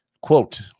Quote